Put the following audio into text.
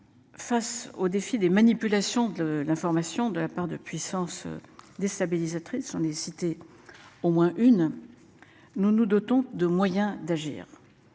Face au défi des manipulations de l'information de la part de puissances déstabilisatrices on est. Au moins une. Nous nous dotons de moyens d'agir.